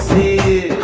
the